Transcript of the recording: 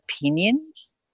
opinions